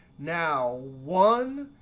now one,